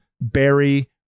Barry